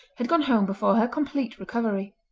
had gone home before her complete recovery.